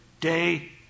day